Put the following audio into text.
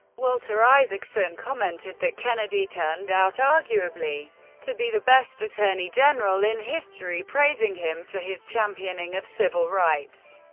walter isaacson commented that kennedy turned out arguably to be the best attorney general in history, praising him for his championing of civil rights